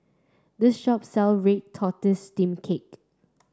this shop sell Red Tortoise Steamed Cake